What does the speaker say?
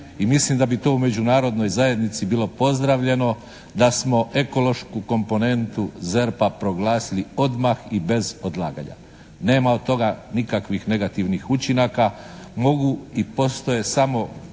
i mislim da bi to u Međunarodnoj zajednici bilo pozdravljeno da smo ekološku komponentu ZERP-a proglasili odmah i bez odlaganja. Nema od toga nikakvih negativnih učinaka. Mogu i postoje samo